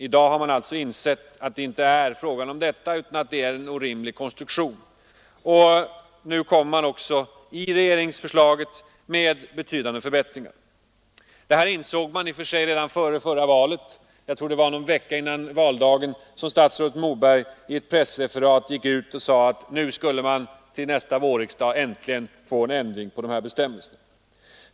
I dag har man insett att det inte är fråga om detta utan att konstruktionen är orimlig. Nu föreslås också i propositionen betydande förbättringar. Det här insåg man i och för sig redan före det senaste valet; jag tror att det var någon vecka före valdagen som dåvarande statsrådet Moberg enligt ett pressreferat sade, att till nästa vårriksdag skulle man äntligen få en ändring av de här bestämmelserna.